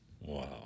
Wow